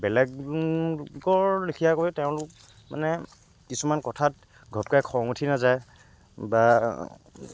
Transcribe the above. বেলেগৰ লিখিয়া কৰি তেওঁলোক মানে কিছুমান কথাত ঘটকাই খং উঠি নাযায় বা